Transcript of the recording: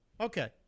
Okay